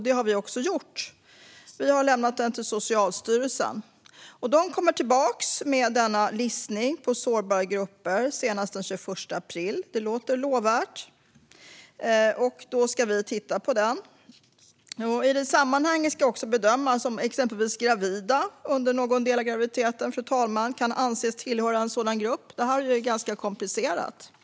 Det har vi också gjort. Vi har lämnat över den till Socialstyrelsen. Socialstyrelsen ska återkomma med denna lista över sårbara grupper senast den 21 april. Det låter lovvärt. Då ska vi titta på den. I detta sammanhang ska det också bedömas om exempelvis gravida under någon del av graviditeten kan anses tillhöra en sådan riskgrupp. Detta är ganska komplicerat.